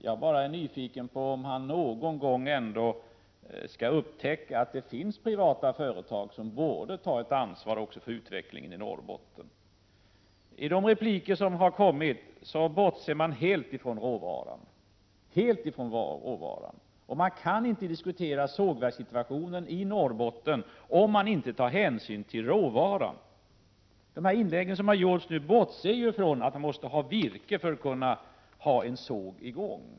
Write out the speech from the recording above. Jag är bara nyfiken på om han någon gång kommer att upptäcka att det finns privata företag som också borde ta ett ansvar för utvecklingen i Norrbotten. I de inlägg som har gjorts bortser man helt från råvaran. Man kan inte diskutera situationen för sågverken i Norrbotten utan att ta hänsyn till råvaran. De inlägg som har gjorts bortser ju från att man måste ha virke för att kunna ha en såg i gång.